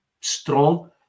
strong